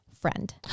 friend